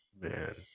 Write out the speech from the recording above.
Man